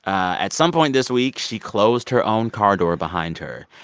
at some point this week, she closed her own car door behind her.